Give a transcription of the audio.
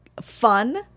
fun